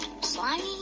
Slimy